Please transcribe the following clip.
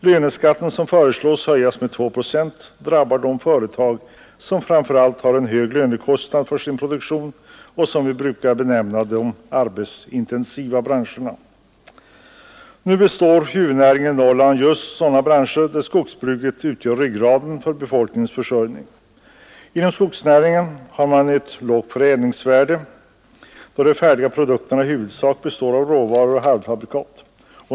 Löneskatten som föreslås höjas med 2 procent drabbar de företag som framför allt har en hög lönekostnad för sin produktion och som vi brukar benämna de arbetsintensiva branscherna. Huvudnäringen i Norrland består av just sådana branscher, där skogsbruket utgör ryggraden för befolkningens försörjning. Inom skogsnäringen har man ett lågt förädlingsvärde, då de färdiga produkterna i huvudsak består av råvaror och halvfabrikat.